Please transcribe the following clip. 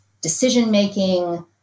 decision-making